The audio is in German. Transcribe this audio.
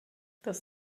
das